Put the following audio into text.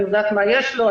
אני יודעת מה יש לו,